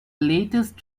lastest